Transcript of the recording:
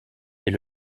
est